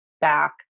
back